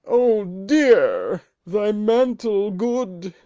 o dear! thy mantle good,